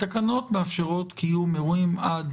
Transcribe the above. התקנות מאפשרות קיום אירועים עד